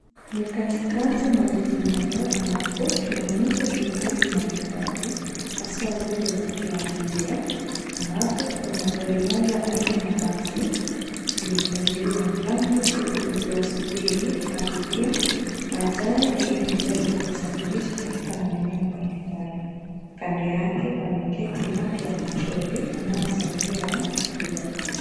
Ni katikati mwa jiji moja ambapo tunaonyeshwa shughuli mbalimbali haswa zile za kiabiria ambapo kuna gari moja aina ya basi limefunguliwa mlango huku likiwasubiri abiria wajae ili liweze kuwasafirisha katika maeneo mbalimbali. Kando yake pameketi watu wa matroly wanaosaidia watu kubeba mizigo.